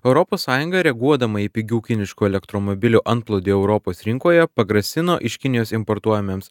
europos sąjunga reaguodama į pigių kiniškų elektromobilių antplūdį europos rinkoje pagrasino iš kinijos importuojamiems